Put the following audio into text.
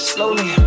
Slowly